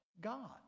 God